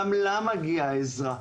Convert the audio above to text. גם לה מגיע עזרה,